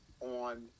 on